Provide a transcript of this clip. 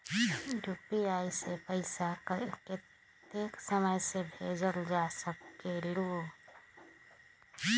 UPI से पैसा कतेक समय मे भेजल जा स्कूल?